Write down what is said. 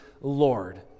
Lord